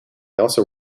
also